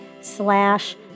slash